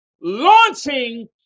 Launching